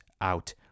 out